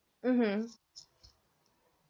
mmhmm